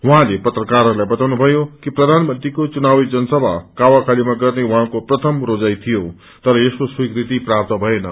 उहाँले पत्रकारहरूलाई बाताउनुभयो कि प्रधानमंत्रीके चुनावी जनसभा कावाखालीमा ग्रे उहाँकरे प्रथम रोजाई थियो तर यसको स्वीकृति प्राप्त भएन